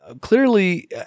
clearly